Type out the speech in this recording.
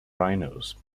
rhinos